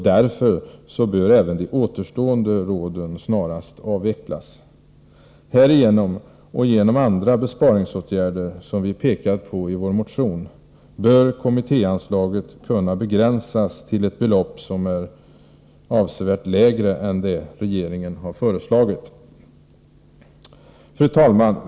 Därför bör även de återstående råden snarast avvecklas. Härigenom, och genom andra besparingsåtgärder som vi pekat på i vår motion, bör kommittéanslaget kunna begränsas till ett belopp som är avsevärt lägre än det regeringen har föreslagit. Fru talman!